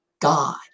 God